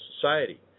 society